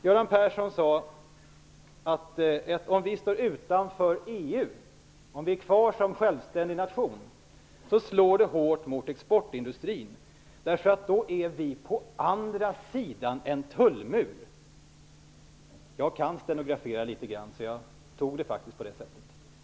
Göran Persson sade att det slår hårt mot exportindustrin om Sverige står utanför EU och är kvar som självständig nation, därför att vi då är på andra sidan en tullmur. Jag kan stenografera litet grand, och jag antecknade att Göran Persson sade så.